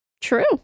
True